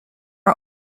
are